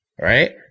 Right